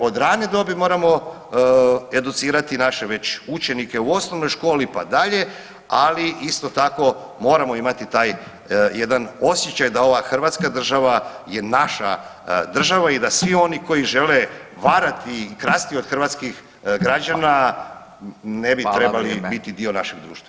Od rane dobi moramo educirati naše učenike u osnovnoj školi pa dalje, ali isto tako moramo imati taj jedan osjećaj da ova Hrvatska država je naša država i da svi oni koji žele varati i krasti od hrvatskih građana ne bi trebali biti dio našeg društva.